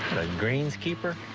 greens keeper?